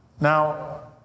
Now